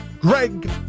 Greg